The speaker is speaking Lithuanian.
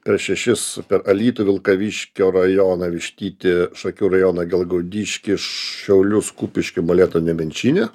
per šešis per alytų vilkaviškio rajoną vištytį šakių rajono gelgaudiškį šiaulius kupiškį molėtų nemenčinę